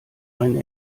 ein